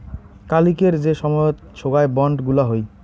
কালিকের যে সময়ত সোগায় বন্ড গুলা হই